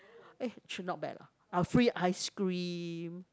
eh actually not bad lah ah free ice cream